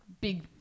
big